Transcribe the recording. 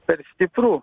per stipru